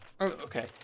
okay